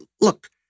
look